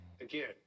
Again